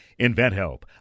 InventHelp